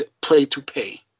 play-to-pay